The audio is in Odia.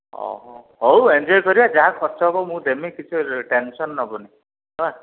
ଓହୋ ହଉ ଏଞ୍ଜଏ କରିବା ଯାହା ଖର୍ଚ୍ଚ ହବ ମୁଁ ଦେମି କିଛି ଟେନସନ୍ ନେବୁନି ହେଲା